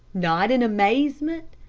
not in amazement,